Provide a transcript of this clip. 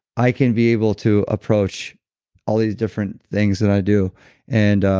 i can be able to approach all these different things that i do and